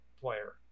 player